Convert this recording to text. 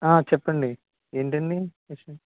ఆ చెప్పండి ఏంటండీ